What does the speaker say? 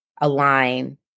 align